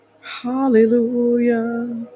hallelujah